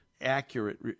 accurate